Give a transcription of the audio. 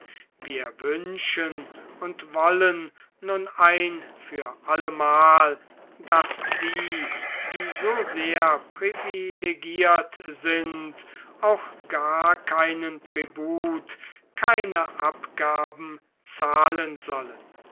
wir wünschen und wollen nun ein für allemal daß die die so sehr privilegiert sind auch gar keinen tribut keine abgaben zahlen sollen